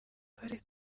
karere